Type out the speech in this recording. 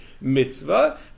mitzvah